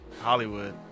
Hollywood